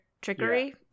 Trickery